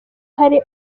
hari